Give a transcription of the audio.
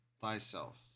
thyself